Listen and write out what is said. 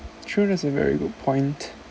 true that's a very good point